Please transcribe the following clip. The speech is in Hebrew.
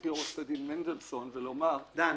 לחברתי עורכת הדין מנדלסון ולומר --- דן,